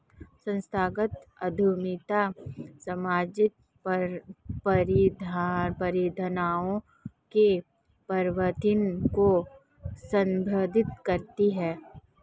संस्थागत उद्यमिता सामाजिक परिघटनाओं के परिवर्तन को संबोधित करती है